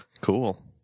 Cool